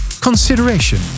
consideration